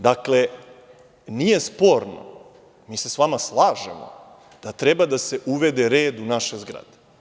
Dakle, nije sporno, mi se sa vama slažemo da treba da se uvede red u naše zgrade.